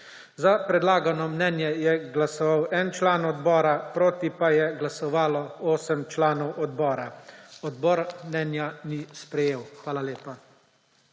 Za predlagano mnenja je glasoval en član odbora, proti pa je glasovalo 8 članov odbora. Odbor mnenja ni sprejel. Hvala lepa.